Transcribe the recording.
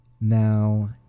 now